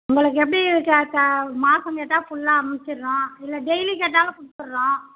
உங்களுக்கு எப்படி க க மாதம் கேட்ட ஃபுல்லாக அமிச்சிர்றோம் இல்லை டெய்லி கேட்டாலும் கொடுத்துர்றோம்